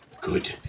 Good